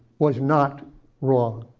was not wrong.